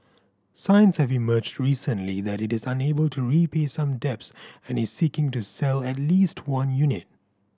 signs have emerged recently that it is unable to repay some debts and is seeking to sell at least one unit